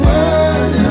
one